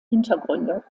hintergründe